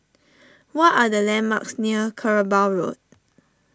what are the landmarks near Kerbau Road